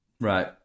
Right